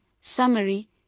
Summary